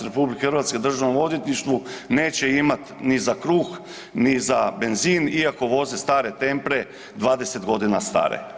RH državnom odvjetništvu neće imati ni za kruh, ni za benzin iako voze stare Tempre 20 godina stare.